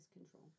control